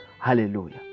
Hallelujah